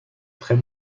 très